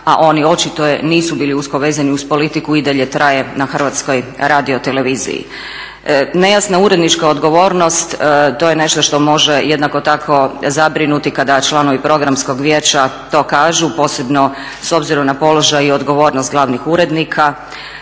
a oni očito je nisu bili usko vezani uz politiku i dalje traje na Hrvatskoj radioteleviziji. Nejasna urednička odgovornost, to je nešto što može jednako tako zabrinuti kada članovi programskog vijeća to kažu posebno s obzirom na položaj i odgovornost glavnih urednika